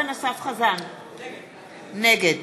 נגד